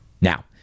Now